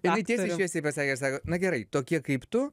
tai tiesiai šviesiai pasakė sako na gerai tokie kaip tu